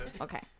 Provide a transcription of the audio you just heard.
okay